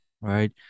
right